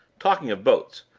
talking of boats,